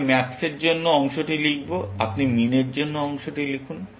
আমি ম্যাক্সের জন্য অংশটি লিখব এবং আপনি মিনের জন্য অংশটি লিখুন